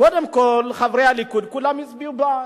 קודם כול חברי הליכוד כולם הצביעו בעד.